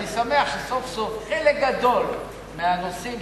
אני שמח שסוף-סוף חלק גדול מהנושאים